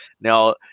now